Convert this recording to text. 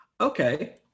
Okay